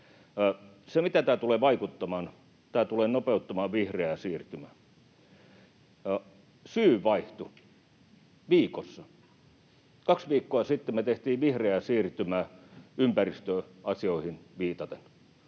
Se, miten tämä tulee vaikuttamaan — tämä tulee nopeuttamaan vihreää siirtymää. Syy vaihtui — viikossa. Kaksi viikkoa sitten me tehtiin vihreää siirtymää ympäristöasioihin viitaten.